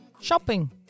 shopping